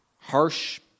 harsh